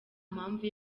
mpamvu